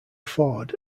ford